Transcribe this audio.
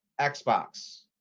Xbox